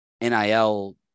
NIL